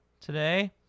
today